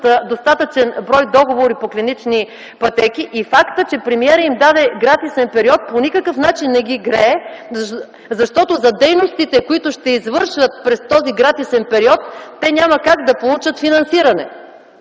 достатъчен брой договори по клинични пътеки, и фактът, че премиерът им даде гратисен период по никакъв начин не ги грее, защото за дейностите, които ще извършват през този гратисен период, те няма как да получат финансиране!